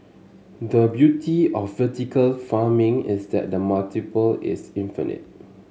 the beauty of vertical farming is that the multiple is infinite